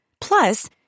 Plus